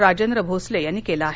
राजेंद्र भोसले यांनी केलं आहे